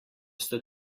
ste